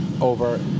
over